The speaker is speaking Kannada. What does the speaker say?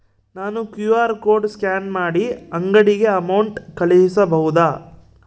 ನಾನು ಕ್ಯೂ.ಆರ್ ಕೋಡ್ ಸ್ಕ್ಯಾನ್ ಮಾಡಿ ಅಂಗಡಿಗೆ ಅಮೌಂಟ್ ಕಳಿಸಬಹುದಾ?